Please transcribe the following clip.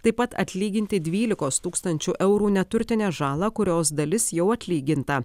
taip pat atlyginti dvylikos tūkstančių eurų neturtinę žalą kurios dalis jau atlyginta